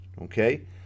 okay